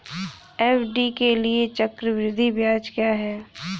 FD के लिए चक्रवृद्धि ब्याज क्या है?